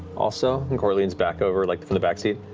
also, and cori leans back over like from the back seat.